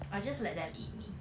I'll just let them eat me